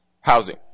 housing